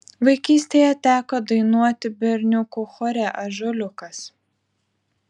vaikystėje teko dainuoti berniukų chore ąžuoliukas